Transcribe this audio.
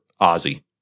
Ozzy